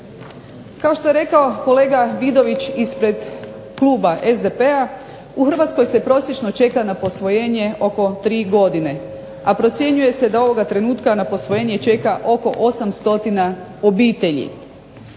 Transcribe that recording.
Kao što je rekao kolega Vidović ispred Kluba SDP-a u Hrvatskoj se prosječno čeka na posvojenje 3 godine, a procjenjuje se da ovoga trenutka na posvojenje čeka oko 800 obitelji.